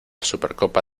supercopa